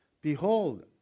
Behold